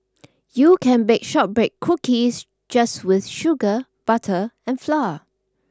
you can bake shortbread cookies just with sugar butter and flour